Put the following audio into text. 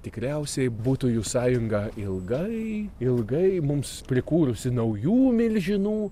tikriausiai būtų jų sąjunga ilgai ilgai mums prikūrusi naujų milžinų